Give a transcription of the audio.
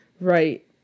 Right